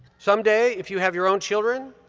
someday if you have your own children,